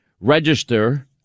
register